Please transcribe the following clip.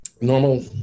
normal